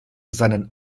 seinen